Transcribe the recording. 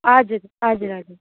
हजुर हजुर हजुर